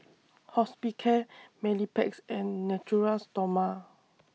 Hospicare and Natura Stoma